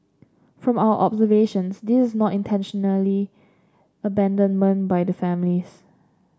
from our observations this is not intentionally abandonment by the families